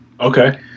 Okay